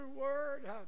Word